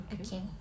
Okay